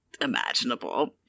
imaginable